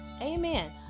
Amen